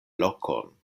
lokon